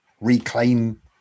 reclaim